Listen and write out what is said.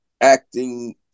acting